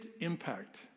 impact